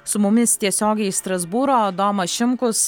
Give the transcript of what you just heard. su mumis tiesiogiai iš strasbūro adomas šimkus